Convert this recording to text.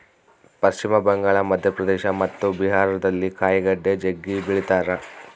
ಪಶ್ಚಿಮ ಬಂಗಾಳ, ಮಧ್ಯಪ್ರದೇಶ ಮತ್ತು ಬಿಹಾರದಲ್ಲಿ ಕಾಯಿಗಡ್ಡೆ ಜಗ್ಗಿ ಬೆಳಿತಾರ